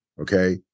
Okay